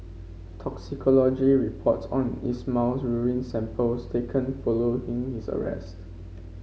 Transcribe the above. toxicology reports on Ismail's urine samples taken following his arrest